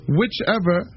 whichever